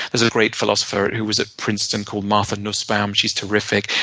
there's a great philosopher who was at princeton called martha nussbaum. she's terrific.